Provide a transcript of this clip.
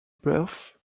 birth